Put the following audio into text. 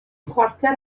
chwarter